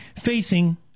facing